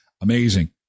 amazing